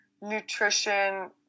nutrition